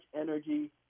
energy